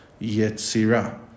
Yetzirah